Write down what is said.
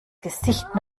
gesicht